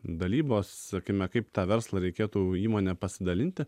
dalybos sakykim kaip tą verslą reikėtų įmonę pasidalinti